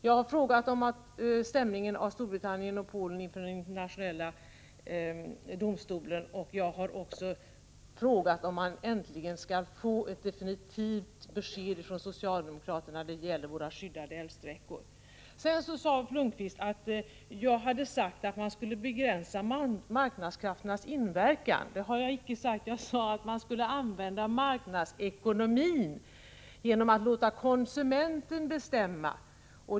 Jag har frågat om stämningen av Storbritannien och Polen inför den internationella domstolen. Jag har också frågat om man inte äntligen skall få ett definitivt besked från socialdemokraterna när det gäller våra skyddade älvsträckor. Ulf Lönnqvist påstod att jag hade sagt att man skulle begränsa marknadskrafternas inverkan. Det har jag icke sagt. Jag sade att man skulle använda marknadsekonomin genom att låta konsumenten bestämma.